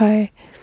পায়